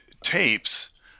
tapes